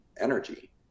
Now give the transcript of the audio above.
energy